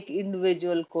individual